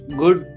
good